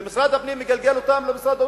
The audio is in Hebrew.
ומשרד הפנים מגלגל אותם למשרד האוצר,